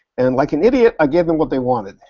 and, like an idiot, i gave them what they wanted,